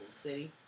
city